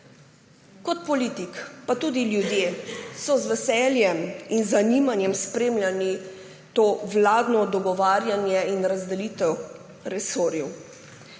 Kot politik sem, pa tudi ljudje so z veseljem in zanimanjem spremljali to vladno dogovarjanje in razdelitev resorjev.